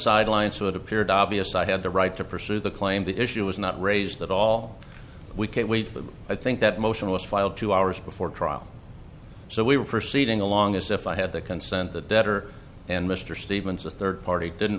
sidelines so it appeared obvious i had the right to pursue the claim the issue was not raised at all we could wait but i think that motion was filed two hours before trial so we were proceeding along as if i had the consent the debtor and mr stevens a third party didn't